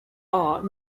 are